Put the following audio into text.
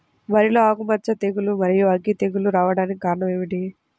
వరిలో ఆకుమచ్చ తెగులు, మరియు అగ్గి తెగులు రావడానికి కారణం ఏమిటి?